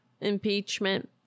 impeachment